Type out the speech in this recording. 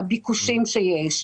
לביקושים שיש,